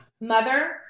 mother